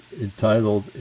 entitled